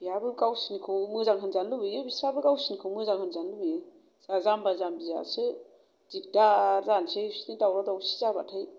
बेहाबो गावसोरनिखौ मोजां होनजानो लुबैयो बिसोरहाबो गावसोरनिखौ मोजां होनजानो लुबैयो जोंहा जाम्बा जाम्बिआसो दिग्दार जानोसै बिसोरनि दावराव दावसि जाब्लाथाय